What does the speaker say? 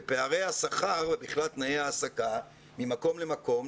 ופערי השכר מבחינת תנאי ההעסקה ממקום למקום,